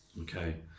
okay